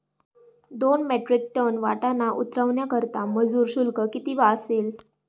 दोन metric ton वाटाणा उतरवण्याकरता मजूर शुल्क किती असेल?